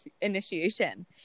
initiation